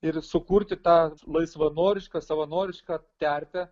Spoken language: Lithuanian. ir sukurti tą laisvanorišką savanorišką terpę